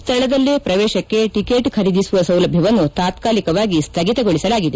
ಸ್ಥಳದಲ್ಲೇ ಪ್ರವೇಶಕ್ಕೆ ಟಿಕೆಟ್ ಪುರೀದಿಸುವ ಸೌಲಭ್ದವನ್ನು ತಾತ್ನಾಲಿಕವಾಗಿ ಸ್ಹಗಿತಗೊಳಿಸಲಾಗಿದೆ